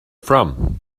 from